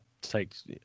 takes